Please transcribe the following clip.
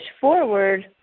forward